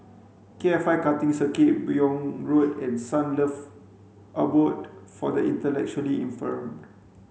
K F I Karting Circuit Buyong Road and Sunlove Abode for the Intellectually Infirmed